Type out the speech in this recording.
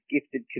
gifted